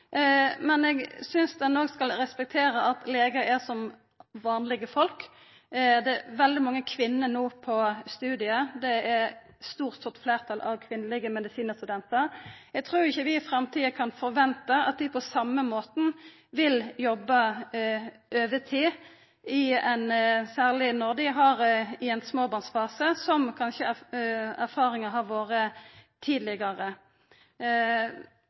men eg synest òg at ein skal respektera at legar er som vanlege folk. Det er no veldig mange kvinner på studiet. Det er eit stort fleirtal av kvinnelege medisinstudentar. Eg trur ikkje at vi i framtida kan forventa at dei på same måten vil jobba overtid – særleg i ein småbarnsfase – som erfaringane kanskje har vore tidlegare. Uansett meiner eg det er